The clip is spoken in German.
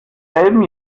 selben